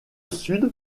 sud